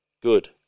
Good